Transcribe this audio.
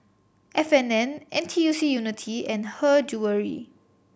F and N N T U C Unity and Her Jewellery